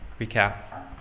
recap